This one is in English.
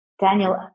Daniel